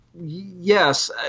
yes